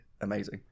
amazing